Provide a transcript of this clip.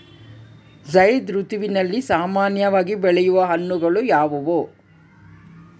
ಝೈಧ್ ಋತುವಿನಲ್ಲಿ ಸಾಮಾನ್ಯವಾಗಿ ಬೆಳೆಯುವ ಹಣ್ಣುಗಳು ಯಾವುವು?